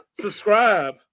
subscribe